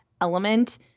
element